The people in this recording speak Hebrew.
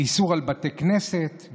איסור על בתי כנסת,